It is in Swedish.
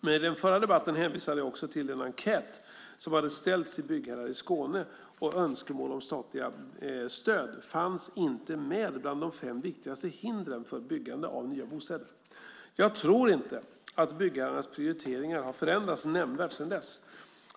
Men i den förra debatten hänvisade jag också till en enkät som hade ställts till byggherrar i Skåne, och önskemål om statliga stöd fanns inte med bland de fem viktigaste hindren för byggandet av nya bostäder. Jag tror inte att byggherrarnas prioriteringar har förändrats nämnvärt sedan dess.